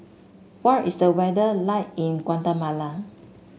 what is the weather like in Guatemala